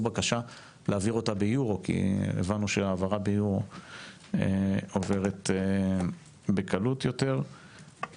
בקשה להעברה באירו כי הבנו שהעברה באירו עוברת בקלות יותר,